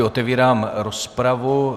Otevírám rozpravu.